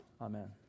Amen